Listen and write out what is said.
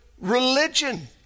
religion